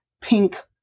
pink